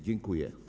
Dziękuję.